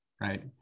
right